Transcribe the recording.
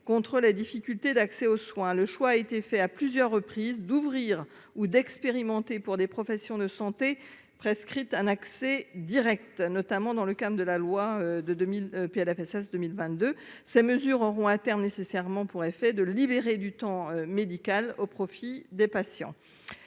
contre la difficulté d'accès aux soins, le choix a été fait à plusieurs reprises d'ouvrir ou d'expérimenter pour des professions de santé prescrite un accès Direct, notamment dans le cadre de la loi de 2000 PLFSS 2022, ces mesures auront terme nécessairement pour effet de libérer du temps médical au profit des patients,